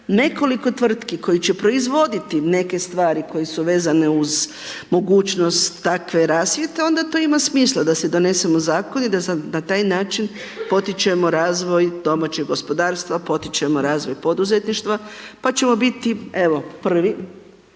nekoliko tvrtki koji će proizvoditi neke stvari koje su vezane uz mogućnost takve rasvjete, onda to ima smisla. Da si donesemo zakon i da na taj način potičemo razvoj domaćeg gospodarstva, potičemo razvoj poduzetništva pa ćemo biti evo prvi,